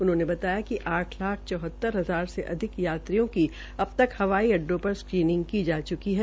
उन्होंने कहा कि आठ लाख चौहतर हजार से अधिक यात्रियों की अब तक हवाई अड्डो पर स्कीनिंग की जा चुकी है